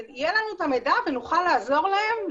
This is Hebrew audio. יהיה לנו את המידע ונוכל לעזור להם,